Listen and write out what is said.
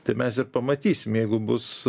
tai mes ir pamatysim jeigu bus